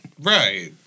Right